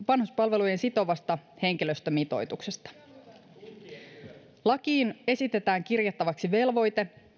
vanhuspalvelujen sitovasta henkilöstömitoituksesta lakiin esitetään kirjattavaksi velvoite